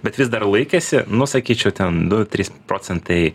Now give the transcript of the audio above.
bet vis dar laikėsi nu sakyčiau ten du trys procentai